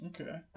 Okay